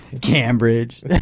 Cambridge